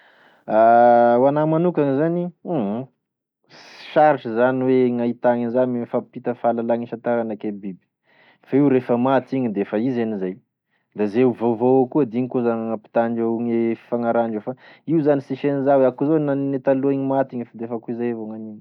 Ho anahy manokagny zany hoe humhum sarotra zany hoe gnahitagny anizany hoe mifampita fahalalana isantaranaky e biby, igny rehefa maty igny defa izy anizay da zay vaovao eo koa d'igny koa zany gn'ampitandreo gne fifagnarahandreo fa io zany sisy an'iza hoe akoizao gne nanin'igny taloha igny fa defa akoizay evao gn'aniny.